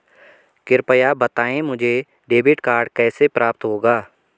कृपया बताएँ मुझे डेबिट कार्ड कैसे प्राप्त होगा?